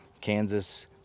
Kansas